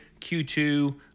Q2